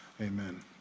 amen